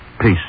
Peace